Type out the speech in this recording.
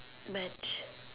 match